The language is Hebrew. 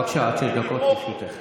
בבקשה, עד שש דקות לרשותך,